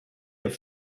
have